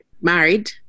married